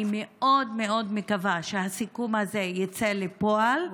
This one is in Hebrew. אני מאוד מאוד מקווה שהסיכום הזה יצא לפועל,